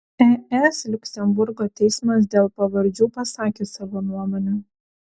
es liuksemburgo teismas dėl pavardžių pasakė savo nuomonę